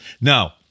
Now